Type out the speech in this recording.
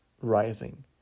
rising